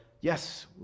yes